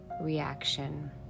reaction